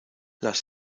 las